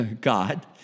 God